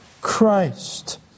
Christ